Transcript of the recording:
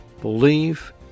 Believe